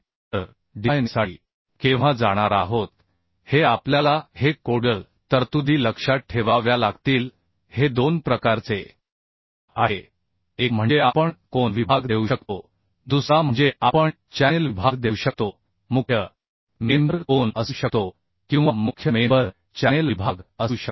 तर डिझायनिंगसाठी केव्हा जाणार आहोत हे आपल्याला हे कोडल तरतुदी लक्षात ठेवाव्या लागतील हे दोन प्रकारचे आहे एक म्हणजे आपण कोन विभाग देऊ शकतो दुसरा म्हणजे आपण चॅनेल विभाग देऊ शकतो मुख्य मेंबर कोन असू शकतो किंवा मुख्य मेंबर चॅनेल विभाग असू शकतो